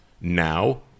now